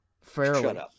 Fairly